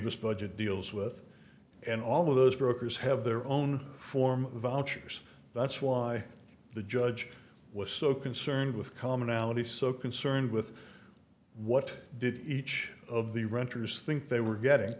avis budget deals with and all of those brokers have their own form of vouchers that's why the judge was so concerned with commonality so concerned with what did each of the renters think they were getting